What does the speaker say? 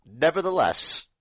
Nevertheless